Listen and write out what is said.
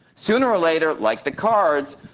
sooner or later, like the cards,